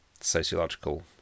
sociological